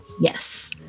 Yes